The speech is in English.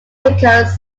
vickers